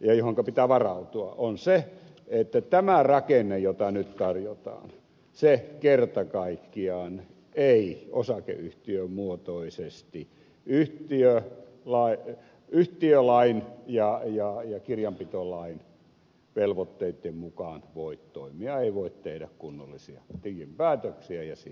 ja johonka pitää varautua niin se on se että tämä rakenne jota nyt tarjotaan se kerta kaikkiaan ei osakeyhtiön muotoisesti yhtiölain ja kirjanpitolain velvoitteitten mukaan voi toimia se ei voi tehdä kunnollisia tilinpäätöksiä ja sillä siisti